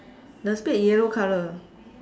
the spade yellow colour